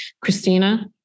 Christina